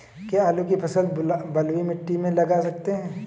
क्या आलू की फसल बलुई मिट्टी में लगा सकते हैं?